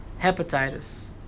hepatitis